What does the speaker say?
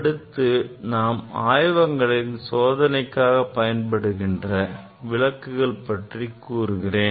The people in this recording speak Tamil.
அடுத்து நாம் ஆய்வகங்களில் சோதனைக்காக பயன்படுத்துகின்ற விளக்குகளை பற்றிக் கூறுகிறேன்